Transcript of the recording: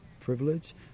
privilege